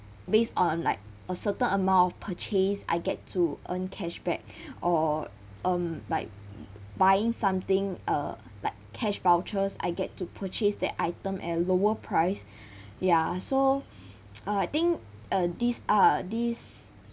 based on like a certain amount of purchase I get to earn cashback or um like buying something uh like cash vouchers I get to purchase that item at a lower price ya so uh I think uh these are these